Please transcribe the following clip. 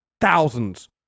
thousands